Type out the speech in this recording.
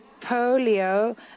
polio